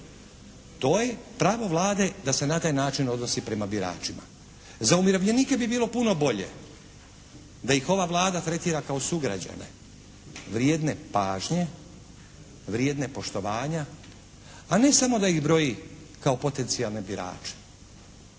To je pravo Vlade da se na taj način odnosi prema biračima. Za umirovljenike bi bilo puno bolje da ih ova Vlada tretira kao sugrađane vrijedne pažnje, vrijedne poštovanja a ne samo da ih broji kao potencijalne birače,